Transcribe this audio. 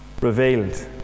revealed